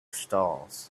stalls